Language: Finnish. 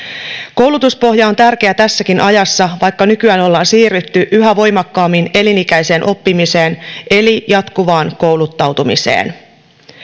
koulutuspohja on tärkeä tässäkin ajassa vaikka nykyään ollaan siirrytty yhä voimakkaammin elinikäiseen oppimiseen eli jatkuvaan kouluttautumiseen